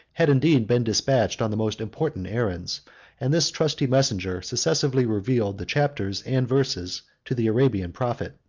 had indeed been despatched on the most important errands and this trusty messenger successively revealed the chapters and verses to the arabian prophet.